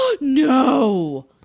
No